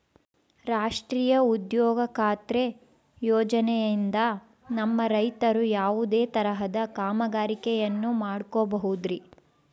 ರಾಷ್ಟ್ರೇಯ ಉದ್ಯೋಗ ಖಾತ್ರಿ ಯೋಜನೆಯಿಂದ ನಮ್ಮ ರೈತರು ಯಾವುದೇ ತರಹದ ಕಾಮಗಾರಿಯನ್ನು ಮಾಡ್ಕೋಬಹುದ್ರಿ?